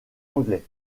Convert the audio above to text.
anglais